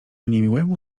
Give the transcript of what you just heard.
niemiłemu